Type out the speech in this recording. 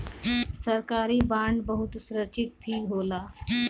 सरकारी बांड बहुते सुरक्षित भी होला